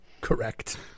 correct